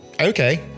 Okay